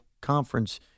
conference